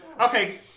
Okay